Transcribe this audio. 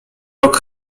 rok